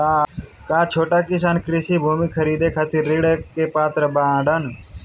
का छोट किसान कृषि भूमि खरीदे खातिर ऋण के पात्र बाडन?